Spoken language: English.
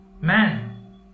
man